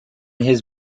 his